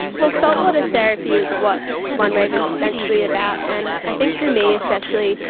well, salt water therapy is what onewave is essentially about, and i think for me especially,